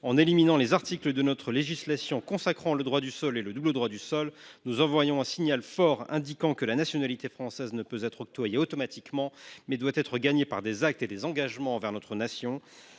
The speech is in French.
en éliminant les articles de notre législation consacrant le droit du sol et le double droit du sol. Nous enverrions ainsi le signal fort que la nationalité française ne peut être octroyée automatiquement, mais qu’elle doit être gagnée par des actes et des engagements envers notre nation.